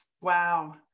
Wow